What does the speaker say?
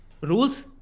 Rules